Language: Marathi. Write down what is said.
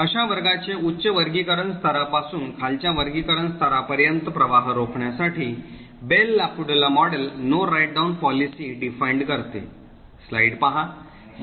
अशा वर्गाचे उच्च वर्गीकरण स्तरापासून खालच्या वर्गीकरण स्तरापर्यंत प्रवाह रोखण्यासाठी Bell LaPadula model No Write Down policy परिभाषित करते